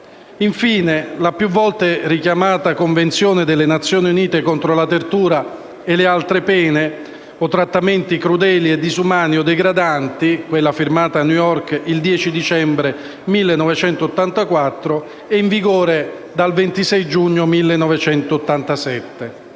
Infine, la più volte richiamata Convenzione delle Nazioni Unite contro la tortura e le altre pene o trattamenti crudeli, inumani o degradanti, firmata a New York il 10 dicembre 1984, è in vigore dal 26 giugno 1987.